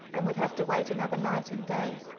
and would have to wait another night and day.